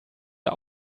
der